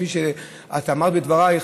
כפי שאמרת בדבריך,